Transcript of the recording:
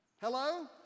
Hello